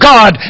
God